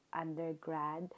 undergrad